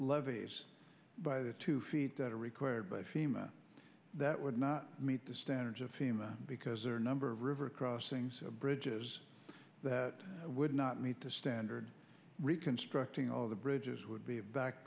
levees by the two feet that are required by fema that would not meet the standards of fema because there are a number of river crossings bridges that would not meet the standard reconstructing all the bridges would be back